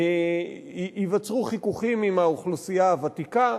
ייווצרו חיכוכים עם האוכלוסייה הוותיקה.